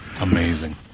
Amazing